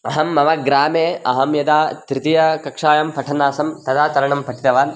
अहं मम ग्रामे अहं यदा तृतीयकक्षायां पठन् आसं तदा तरणं पठितवान्